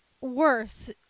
worse